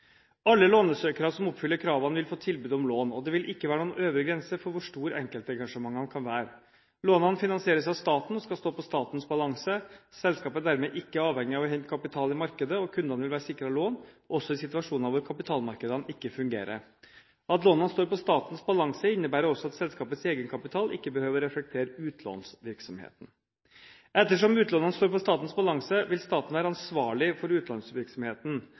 Alle lånsøkere som oppfyller kravene, vil få tilbud om lån, og det vil ikke være noen øvre grense for hvor store enkeltengasjementene kan være. Lånene finansieres av staten og skal stå på statens balanse. Selskapet er dermed ikke avhengig av å hente kapital i markedet, og kundene vil være sikret lån, også i situasjoner hvor kapitalmarkedene ikke fungerer. At lånene står på statens balanse, innebærer også at selskapets egenkapital ikke behøver å reflektere utlånsvirksomheten. Ettersom utlånene står på statens balanse, vil staten være ansvarlig for